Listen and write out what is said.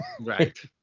Right